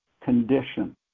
condition